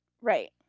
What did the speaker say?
right